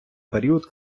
період